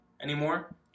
anymore